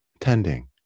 tending